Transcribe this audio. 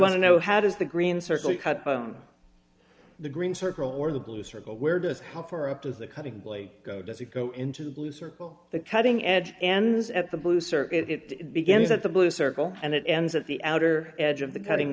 want to know how does the green circle cut the green circle or the blue circle where does cover up of the cutting blade go does it go into the blue circle the cutting edge and at the blue circuit it begins at the blue circle and it ends at the outer edge of the cutting